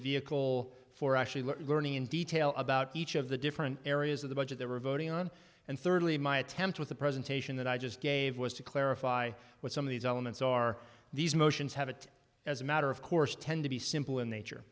vehicle for actually learning in detail about each of the different areas of the budget they were voting on and thirdly my attempt with the presentation that i just gave was to clarify what some of these elements are these motions have it as a matter of course tend to be simple and nature